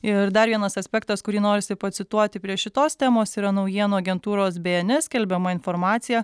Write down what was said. ir dar vienas aspektas kurį norisi pacituoti prie šitos temos yra naujienų agentūros bė en es skelbiama informacija